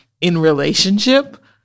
in-relationship